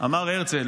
אמר הרצל.